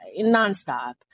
nonstop